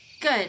Good